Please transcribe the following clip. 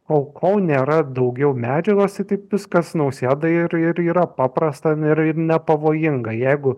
o kol nėra daugiau medžiagos tai taip viskas nausėdai ir ir yra paprasta ir ir nepavojinga jeigu